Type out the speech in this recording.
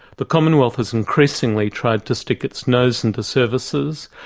the commonwealth has increasingly tried to stick its nose into services,